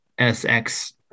SX